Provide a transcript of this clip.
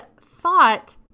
thought